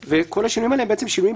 המקסימום.